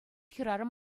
хӗрарӑм